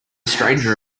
stranger